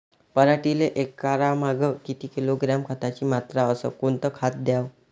पराटीले एकरामागं किती किलोग्रॅम खताची मात्रा अस कोतं खात द्याव?